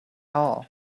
all